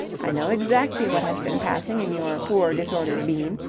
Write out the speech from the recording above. i know exactly what has been passing in your poor disordered bean.